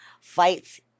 fights